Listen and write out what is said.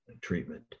treatment